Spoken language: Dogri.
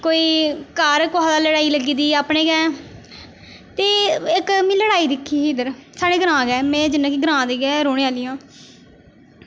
कोई घर कुसै दे लड़ाई लग्गी दी अपने गै ते इक में लड़ाई दिक्खी ही इद्धर साढ़े ग्रांऽ गै में जियां कि ग्रांऽ दी गै रौहने आह्ली आं